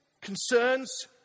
concerns